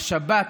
השבת